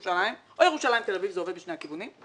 או ירושלים-תל אביב, זה עובד לשני הכיוונים?